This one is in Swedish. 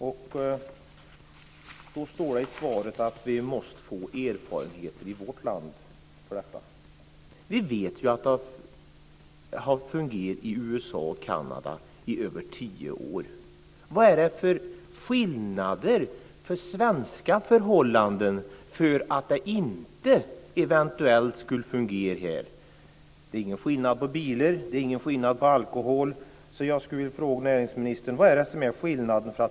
Det står i svaret att vi måste få erfarenheter i vårt land av detta. Vi vet att det har fungerat i USA och Kanada i över tio år. Vad är det som skiljer de svenska förhållandena från dessa förhållanden och som gör att det eventuellt inte skulle fungera här? Det är ingen skillnad på bilarna. Det är ingen skillnad på alkoholen. Jag skulle vilja fråga näringsministern vad det är som är skillnaden.